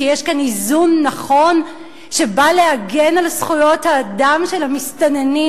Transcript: שיש כאן איזון נכון שבא להגן על זכויות האדם של המסתננים.